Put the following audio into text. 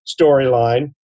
storyline